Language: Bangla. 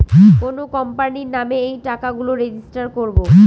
কোনো কোম্পানির নামে এই টাকা গুলো রেজিস্টার করবো